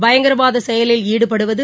பயங்காரவாத செயலில் ஈடுபடுவது